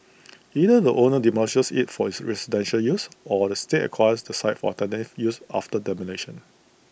either the owner demolishes IT for residential use or the state acquires the site for alternative use after demolition